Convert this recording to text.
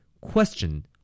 Question